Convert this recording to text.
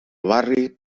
barri